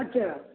अच्छा